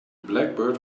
blackbird